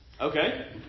Okay